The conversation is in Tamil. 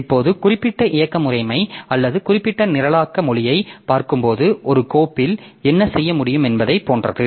இப்போது குறிப்பிட்ட இயக்க முறைமை அல்லது குறிப்பிட்ட நிரலாக்க மொழியைப் பார்க்கும்போது ஒரு கோப்பில் என்ன செய்ய முடியும் என்பதைப் போன்றது